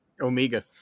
Omega